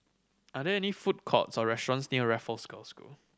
are there any food courts or restaurants near Raffles Girls' School